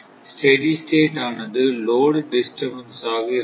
steady state ஆனது load டிஸ்டர்பன்ஸா இருக்கும்